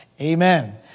Amen